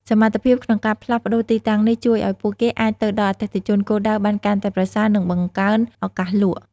សមត្ថភាពក្នុងការផ្លាស់ប្តូរទីតាំងនេះ ជួយឲ្យពួកគេអាចទៅដល់អតិថិជនគោលដៅបានកាន់តែប្រសើរ និងបង្កើនឱកាសលក់។